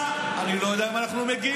חתונה, אני לא יודע אם אנחנו מגיעים.